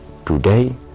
Today